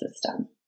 system